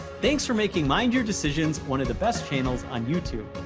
thanks for making mind your decisions one of the best channels on youtube.